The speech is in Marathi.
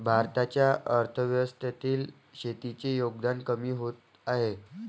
भारताच्या अर्थव्यवस्थेतील शेतीचे योगदान कमी होत आहे